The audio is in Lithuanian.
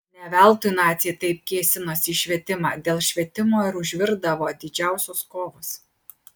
ne veltui naciai taip kėsinosi į švietimą dėl švietimo ir užvirdavo didžiausios kovos